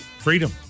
Freedom